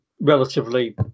relatively